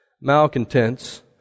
malcontents